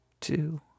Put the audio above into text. two